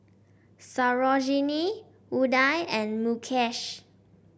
Sarojini Udai and Mukesh